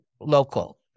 local